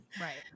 Right